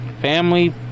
Family